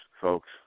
folks